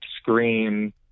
scream